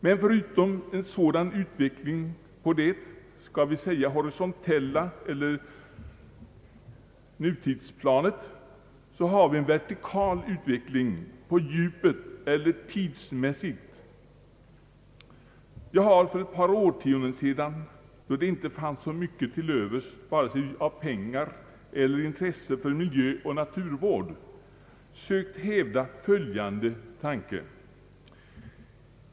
Men förutom en sådan utveckling på det, skall vi säga horisontella planet eller nutidsplanet, så har vi en vertikal utveckling, på djupet eller tidsmässigt. Jag har för ett par årtionden sedan, då det inte fanns så mycket till övers vare sig av pengar eller intresse för miljöoch naturvård, sökt hävda följande tanke.